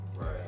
Right